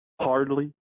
Hardly